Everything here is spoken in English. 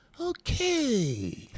okay